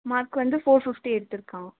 mark வந்து four fifty எடுத்திருக்கான்